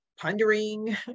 pondering